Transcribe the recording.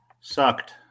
sucked